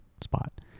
spot